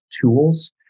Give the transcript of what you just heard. tools